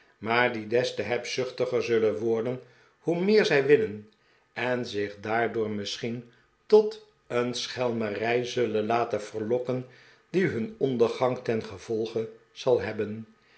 maar die des te hebzuchtiger zullen worden hoe meer zij winnen en zich daardoor misschien tot een schelmerij zullen laten verlokken die hun ondergang ten gevolge zal hebben